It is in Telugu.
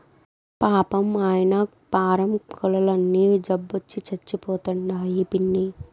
పాపం, ఆయన్న పారం కోల్లన్నీ జబ్బొచ్చి సచ్చిపోతండాయి పిన్నీ